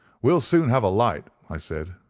we'll soon have a light i said,